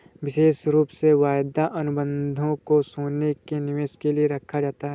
विशेष रूप से वायदा अनुबन्धों को सोने के निवेश के लिये रखा जाता है